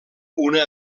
una